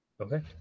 Okay